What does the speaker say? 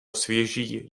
svěží